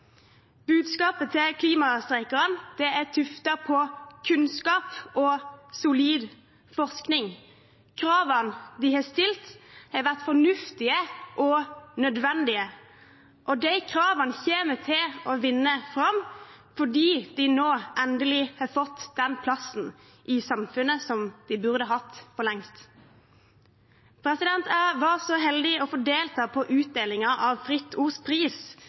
Budskapet til klimastreikerne er tuftet på kunnskap og solid forskning. Kravene de har stilt, har vært fornuftige og nødvendige. De kravene kommer til å vinne fram fordi de nå endelig har fått den plassen i samfunnet som de burde hatt for lengst. Jeg var så heldig å få delta på utdelingen av Fritt Ords Pris,